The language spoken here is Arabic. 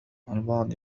البعض